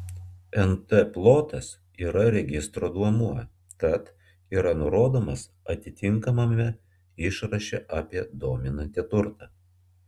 nt plotas yra registro duomuo tad yra nurodomas atitinkamame išraše apie dominantį turtą